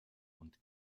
und